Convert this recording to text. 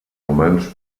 romans